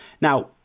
Now